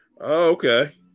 Okay